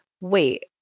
wait